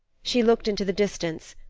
she looked into the distance,